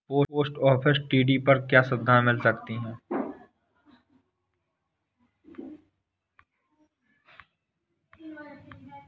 Post office टी.डी पर क्या सुविधाएँ मिल सकती है?